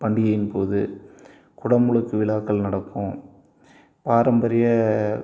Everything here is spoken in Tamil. பண்டிகையின்போது குடமுழுக்கு விழாக்கள் நடக்கும் பாரம்பரிய